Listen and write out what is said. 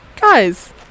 guys